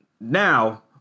now